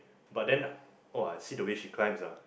but then oh I see the way she climbs ah